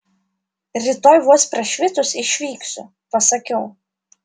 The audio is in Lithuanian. rytoj vos prašvitus išvyksiu pasakiau